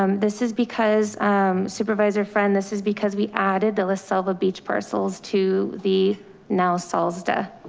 um this is because supervisor, friend, this is because we added the list silva beach parcels to the now salta.